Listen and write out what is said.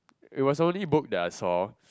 it was only book that I saw